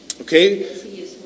Okay